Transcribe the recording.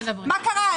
מה קרה?